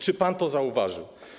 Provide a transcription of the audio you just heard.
Czy pan to zauważył?